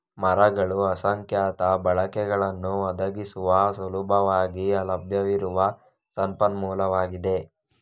ಮರಗಳು ಅಸಂಖ್ಯಾತ ಬಳಕೆಗಳನ್ನು ಒದಗಿಸುವ ಸುಲಭವಾಗಿ ಲಭ್ಯವಿರುವ ಸಂಪನ್ಮೂಲವಾಗಿದೆ